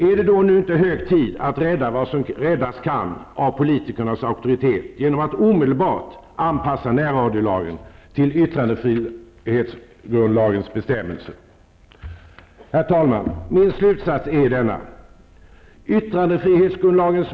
Är det således inte nu hög tid att rädda vad som räddas kan av politikernas auktoritet genom att omedelbart anpassa närradiolagen till yttrandefrihetsgrundlagens bestämmelser? Herr talman!